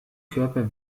körper